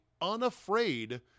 unafraid